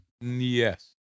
Yes